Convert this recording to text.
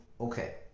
okay